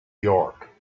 york